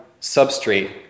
substrate